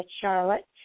Charlotte